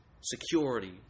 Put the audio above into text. security